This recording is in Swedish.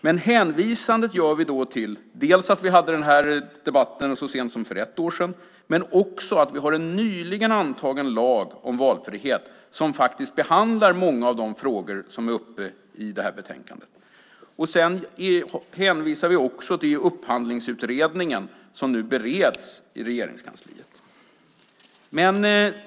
Men vi gör hänvisningen dels till att vi hade den här debatten så sent som för ett år sedan, dels till att vi har en nyligen antagen lag om valfrihet som faktiskt behandlar många av de frågor som är uppe i betänkandet. Vi hänvisar också till Upphandlingsutredningen, som nu bereds i Regeringskansliet.